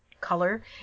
color